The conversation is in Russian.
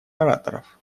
ораторов